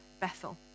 Bethel